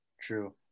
True